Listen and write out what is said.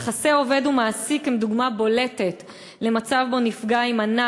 יחסי עובד ומעסיק הם דוגמה בולטת למצב שבו נפגע יימנע